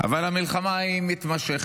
מלחמה קשה,